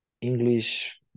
english